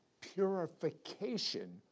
purification